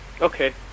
Okay